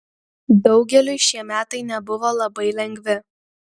daugeliui šie metai nebuvo labai lengvi